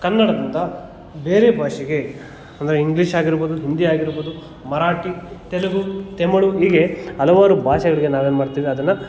ಕನ್ನಡದಿಂದ ಬೇರೆ ಭಾಷೆಗೆ ಅಂದರೆ ಇಂಗ್ಲಿಷ್ ಆಗಿರ್ಬೋದು ಹಿಂದಿ ಆಗಿರ್ಬೋದು ಮರಾಠಿ ತೆಲುಗು ತಮಿಳು ಹೀಗೆ ಹಲವಾರು ಭಾಷೆಗಳಿಗೆ ನಾವೇನು ಮಾಡ್ತೀವಿ ಅದನ್ನು